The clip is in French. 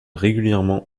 régulièrement